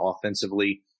offensively